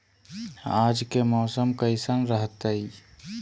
आज के मौसम कैसन रहताई?